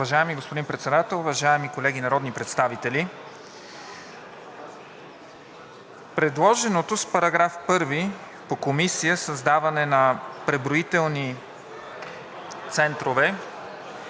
Уважаеми господин Председател, уважаеми колеги народни представители! Предложеното с § 1 по Комисия създаване на преброителни центрове…